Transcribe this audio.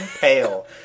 pale